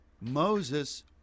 Moses